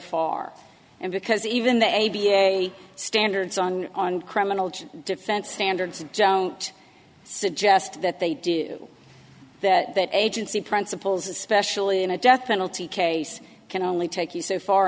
far and because even the a b a standards on on criminal defense standards and joan suggest that they do that that agency principles especially in a death penalty case can only take you so far